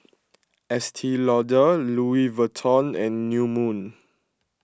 Estee Lauder Louis Vuitton and New Moon